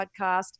podcast